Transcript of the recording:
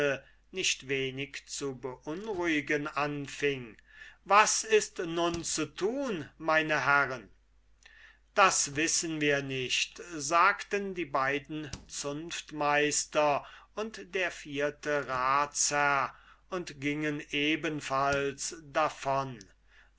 nicht wenig zu beunruhigen anfing was ist nun zu tun meine herren das wissen wir nicht sagten die beiden zunftmeister und der vierte ratsherr und gingen ebenfalls davon